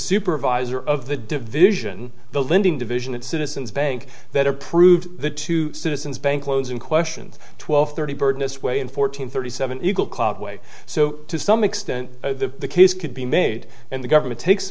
supervisor of the division the lending division at citizens bank that approved the two citizens bank loans and questions twelve thirty burden of sway in fourteen thirty seven eagle cloud way so to some extent the case could be made and the government takes